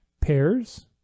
pairs